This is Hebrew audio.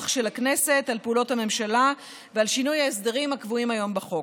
של הכנסת על פעולות הממשלה ועל שינוי ההסדרים הקבועים היום בחוק.